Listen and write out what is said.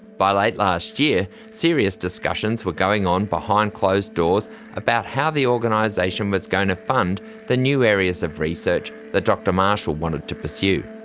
by late last year, serious discussions were going on behind closed doors about how the organisation was going to fund the new areas of research that dr marshall wanted to pursue.